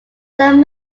san